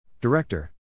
Director